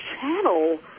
channel